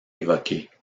évoqués